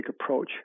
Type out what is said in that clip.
approach